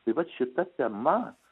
tai vat šita tema